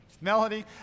Melody